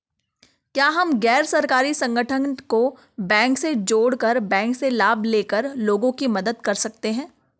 क्या हम गैर सरकारी संगठन को बैंक से जोड़ कर बैंक से लाभ ले कर लोगों की मदद कर सकते हैं?